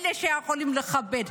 אלה שיכולים לכבד.